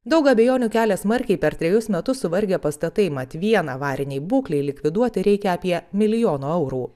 daug abejonių kelia smarkiai per trejus metus suvargę pastatai mat vien avarinei būklei likviduoti reikia apie milijono eurų